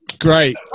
Great